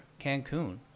Cancun